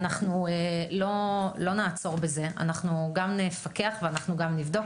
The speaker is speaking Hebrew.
אנחנו לא נעצור בזה, אנחנו גם נפקח וגם נבדוק.